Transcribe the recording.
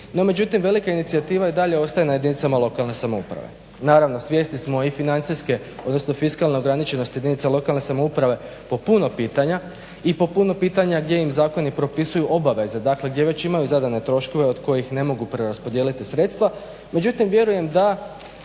No međutim, velika inicijativa i dalje ostaje na jedinicama lokalne samouprave. Naravno svjesni smo i financijske odnosno fiskalne ograničenosti jedinica lokalne samouprave po puno pitanja i po puno pitanja gdje im zakoni propisuju obaveze, dakle gdje već imaju zadane troškove od kojih ne mogu preraspodijeliti sredstva.